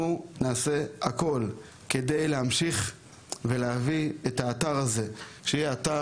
אנחנו נעשה הכול כדי להמשיך ולהביא את האתר הזה למצב